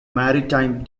maritime